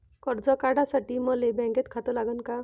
कर्ज काढासाठी मले बँकेत खातं लागन का?